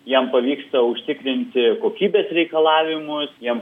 jiem pavyksta užtikrinti kokybės reikalavimus jiem